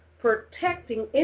protecting